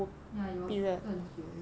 ya it was 更久一次